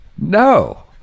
No